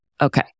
Okay